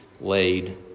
laid